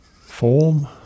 form